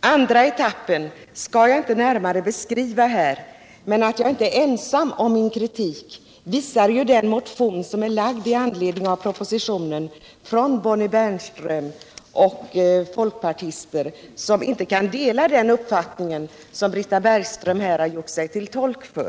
Andra etappen skall jag inte närmare beskriva här, men att jag inte är ensam om att se kritiskt på den visar den motion som är väckt i anslutning till propositionen av Bonnie Bernström och andra folkpartister, som inte kan dela den uppfattning Britta Bergström här har gjort sig till tolk för.